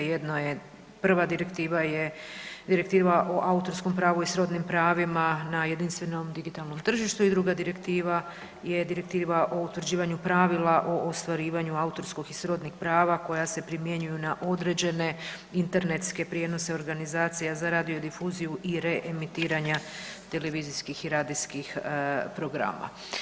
Prva direktiva je Direktiva o autorskom pravu i srodnim pravima na jedinstvenom digitalnom tržištu i druga direktiva je Direktiva o utvrđivanju pravila o ostvarivanju autorskog i srodnih prava koja se primjenjuju na određene internetske prijenose organizacija za radiodifuziju i reemitiranja televizijskih i radijskih programa.